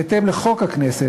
בהתאם לחוק הכנסת,